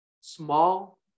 small